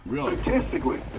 statistically